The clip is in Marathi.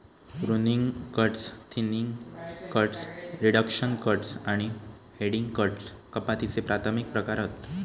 pruning cuts, thinning cuts, reduction cuts आणि हेडिंग कट्स कपातीचे प्राथमिक प्रकार हत